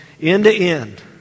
end-to-end